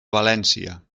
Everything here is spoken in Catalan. valència